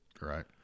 Right